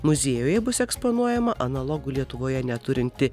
muziejuje bus eksponuojama analogų lietuvoje neturinti